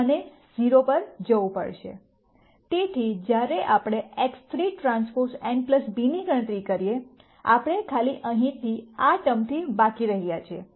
તેથી જ્યારે આપણે X3 T n b ની ગણતરી કરીએ આપણે ખાલી અહીં આ ટર્મથી બાકી રહ્યા છીએ